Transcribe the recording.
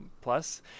plus